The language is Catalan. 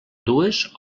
dues